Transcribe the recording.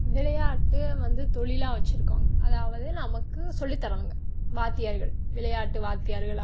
விளையாட்டு வந்து தொழிலா வச்சிருக்காங்க அதாவது நமக்கு சொல்லித்தர்றவங்க வாத்தியார்கள் விளையாட்டு வாத்தியார்கள் அவங்க தான்